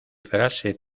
frase